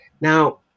Now